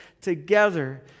together